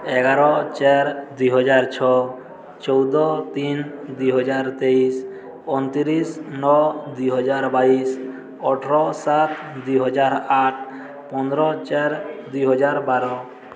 ଏଗାର ଚାର ଦୁଇ ହଜାର ଛଅ ଚଉଦ ତିନି ଦୁଇ ହଜାର ତେଇଶି ଅଣତିରିଶି ନଅ ଦୁଇ ହଜାର ବାଇଶି ଅଠର ସାତ ଦୁଇ ହଜାର ଆଠ ପନ୍ଦର ଚାରି ଦୁଇ ହଜାର ବାର